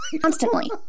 Constantly